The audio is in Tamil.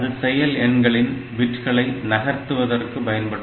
அது செயல் எண்களின் பிட்களை நகர்த்துவதற்கு பயன்படும்